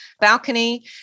balcony